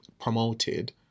promoted